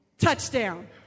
Touchdown